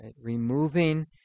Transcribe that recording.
removing